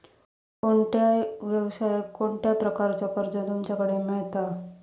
कोणत्या यवसाय कोणत्या प्रकारचा कर्ज तुमच्याकडे मेलता?